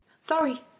Sorry